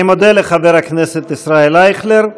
אני מודה לחבר הכנסת ישראל אייכלר.